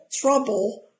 trouble